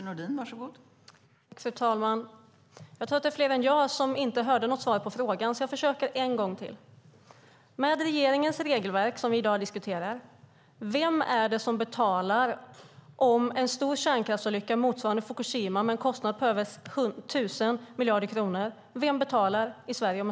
Fru talman! Jag tror att det är fler än jag som inte hörde något svar på frågan, så jag försöker en gång till: Med regeringens regelverk, som vi i dag diskuterar, vem är det som betalar om en stor kärnkraftsolycka motsvarande Fukushima med en kostnad på över 1 000 miljarder kronor sker i Sverige?